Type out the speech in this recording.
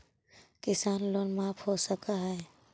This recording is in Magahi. किसान लोन माफ हो सक है?